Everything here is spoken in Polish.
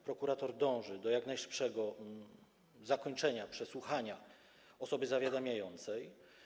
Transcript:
Prokurator dąży do jak najszybszego zakończenia przesłuchania osoby zawiadamiającej.